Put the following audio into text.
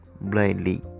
blindly